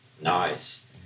Nice